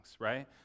Right